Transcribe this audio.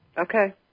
Okay